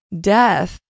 death